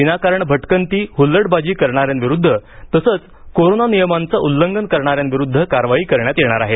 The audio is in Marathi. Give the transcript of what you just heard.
विनाकारण भटकती हुल्लडबाजी करणाऱ्यांविरुद्ध तसंच कोरोना नियमांच उल्लंघन करणाऱ्यांविरूद्ध कारवाई करण्यात येणार आहे